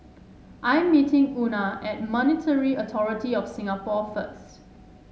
I'm meeting Una at Monetary Authority Of Singapore first